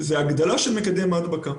זה ההגדלה של מקדם ההדבקה.